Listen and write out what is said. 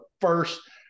first